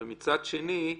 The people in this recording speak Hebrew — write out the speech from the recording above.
ומצד שני,